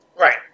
Right